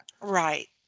Right